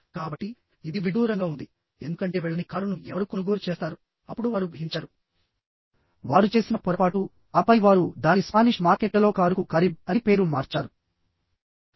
కాబట్టి ఇది విడ్డూరంగా ఉంది ఎందుకంటే వెళ్ళని కారును ఎవరు కొనుగోలు చేస్తారు అప్పుడు వారు గ్రహించారు వారు చేసిన పొరపాటు ఆపై వారు దాని స్పానిష్ మార్కెట్లలో కారుకు కారిబ్ అని పేరు మార్చారు